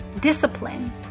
discipline